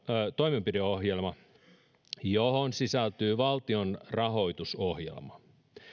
toimenpideohjelma johon sisältyy valtion rahoitusohjelma